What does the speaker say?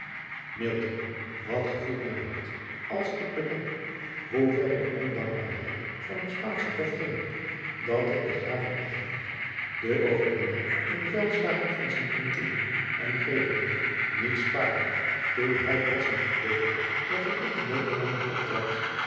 wat gevoelt mijn hart als ik bedenk hoe verre de ondankbaarheid van het paansche of ging dat het den raaf den overwinnaar in de veldslagen van int uintyn en revelingen niet spaarde toen hij als een verdediger der verdrukte ederlanden